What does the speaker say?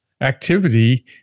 activity